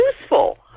useful